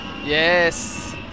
Yes